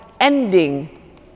ending